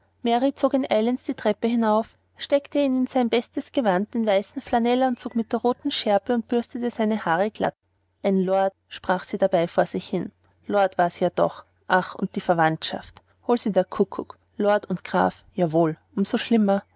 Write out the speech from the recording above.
ihn eilends die treppe hinauf steckte ihn in sein bestes gewand den weißen flanellanzug mit der roten schärpe und bürstete seine haare glatt ein lord sprach sie dabei vor sich hin lord war's ja doch ach und die verwandtschaft hol sie der kuckuck lord und graf jawohl um so schlimmer